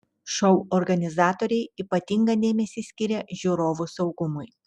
šou organizatoriai ypatingą dėmesį skiria žiūrovų saugumui